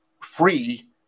free